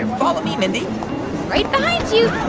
and follow me, mindy right behind you